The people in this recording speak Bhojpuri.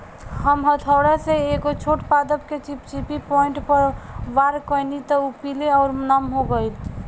हम हथौड़ा से एगो छोट पादप के चिपचिपी पॉइंट पर वार कैनी त उ पीले आउर नम हो गईल